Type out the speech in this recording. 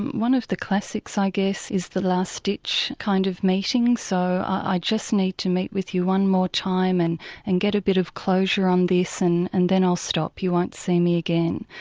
one of the classics, i guess, is the last ditch kind of meeting so i just need to meet with you one more time and and get a bit of closure on this and and then i'll stop, you won't see me again'.